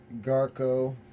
Garco